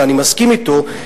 ואני מסכים אתו,